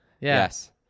yes